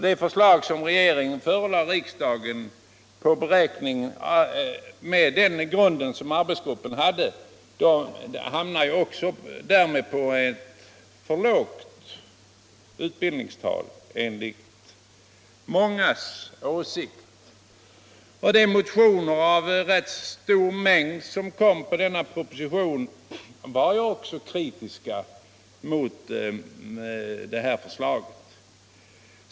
Det förslag som regeringen förelade riksdagen på grundval av vad arbetsgruppen hade kommit fram till hamnade därmed också på ett för lågt utbildningsantal, enligt mångas åsikt. De motioner av rätt stor mängd som väcktes med anledning av propositionen var ju också kritiska mot detta förslag.